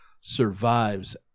survives